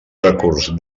recurs